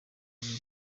babiri